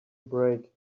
break